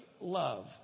love